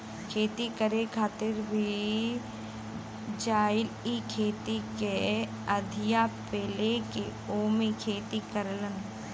खेती करे खातिर भी जालन इ खेत के अधिया पे लेके ओमे खेती करलन